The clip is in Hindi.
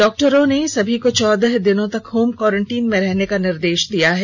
डॉक्टरों ने सभी को चौदह दिनों तक होम क्वारेंटीन में रहने का निर्देश दिया है